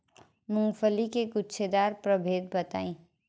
मूँगफली के गूछेदार प्रभेद बताई?